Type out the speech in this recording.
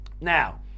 Now